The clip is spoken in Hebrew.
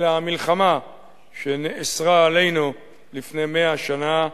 אלא של המלחמה שנאסרה עלינו לפני 100 שנה,